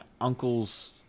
uncle's